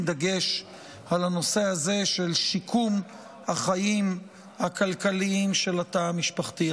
דגש על הנושא הזה של שיקום החיים הכלכליים של התא המשפחתי.